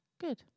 Good